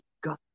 God